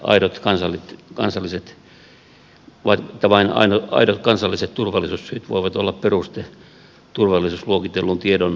minusta on tärkeää että vain aidot kansalliset turvallisuussyyt voivat olla peruste turvallisuusluokitellun tiedon salassapidolle